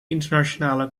internationale